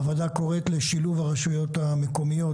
הוועדה קוראת לשילוב הרשויות המקומיות